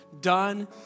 done